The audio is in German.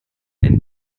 ein